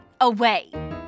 away